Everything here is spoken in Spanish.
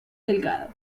delgado